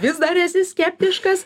vis dar esi skeptiškas